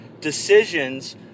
decisions